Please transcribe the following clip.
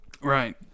right